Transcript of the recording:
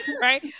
right